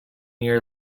year